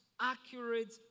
accurate